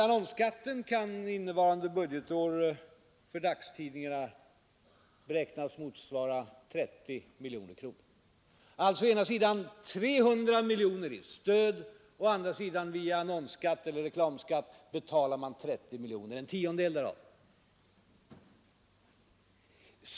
Annonsskatten kan innevarande budgetår för dagstidningarna beräknas motsvara 30 miljoner kronor. Det utgår alltså å ena sidan 300 miljoner kronor i stöd och tidningarna betalar å andra sidan via annonsskatt eller reklamskatt 30 miljoner — en tiondel därav.